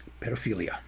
pedophilia